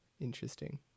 interesting